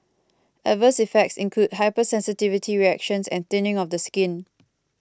adverse effects include hypersensitivity reactions and thinning of the skin